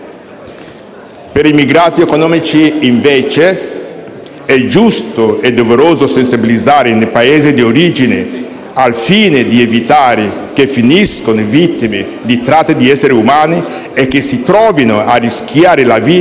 Per i migranti economici, invece, è giusto e doveroso sensibilizzare i Paesi d'origine al fine di evitare che finiscano vittime della tratta di esseri umani e che si trovino a rischiare la vita